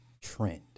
trend